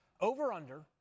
Over-under